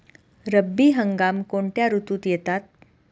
रब्बी हंगाम कोणत्या ऋतूत येतात?